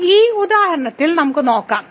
ഈ ഉദാഹരണത്തിൽ നമുക്ക് നോക്കാം